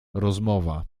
rozmowa